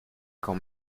quand